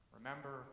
Remember